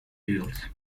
deals